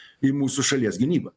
į mūsų šalies gynybą